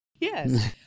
Yes